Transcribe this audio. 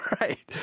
Right